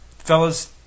Fellas